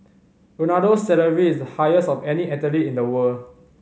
Ronaldo's salary is the highest of any athlete in the world